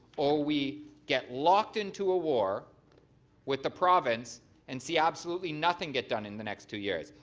or we get locked into a war with the province and see absolutely nothing get done in the next two years.